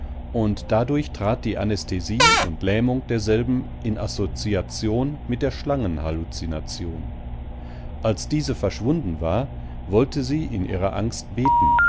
und dadurch trat die anästhesie und lähmung derselben in assoziation mit der schlangenhalluzination als diese verschwunden war wollte sie in ihrer angst beten